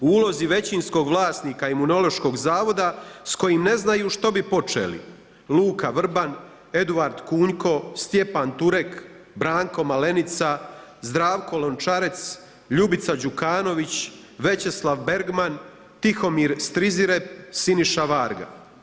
U ulozi većinskog vlasnika Imunološkog zavoda, s kojim ne znaju što bi počeli, Luka Vrban, Eduard Kunko, Stjepan Turek, Branko Malenica, Zdravko Lončarec, Ljubica Đukanović, Većeslav Begman, Tihomir Strizirep, Siniša Varga.